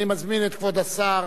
אני מזמין את כבוד השר